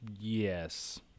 Yes